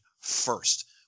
first